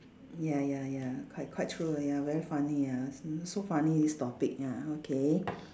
ya ya ya quite quite true ya very funny ya s~ so funny this topic ya okay